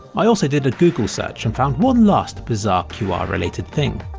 i also did a google search and found one last bizarre qr-related thing.